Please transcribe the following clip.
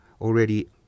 already